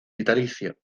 vitalicio